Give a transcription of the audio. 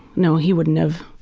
no he wouldn't have.